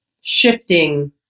shifting